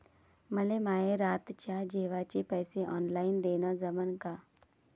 मले माये रातच्या जेवाचे पैसे ऑनलाईन देणं जमन का?